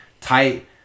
tight